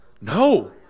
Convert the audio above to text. No